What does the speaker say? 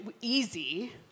easy